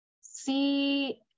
see